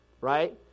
right